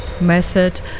method